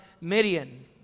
Midian